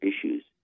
issues